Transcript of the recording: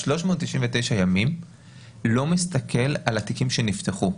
ה-399 ימים לא מסתכל על התיקים שנפתחו.